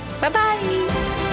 bye-bye